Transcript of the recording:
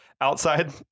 outside